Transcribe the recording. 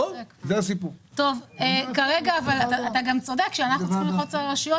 אתה צודק שאנחנו צריכים ללחוץ על הרשויות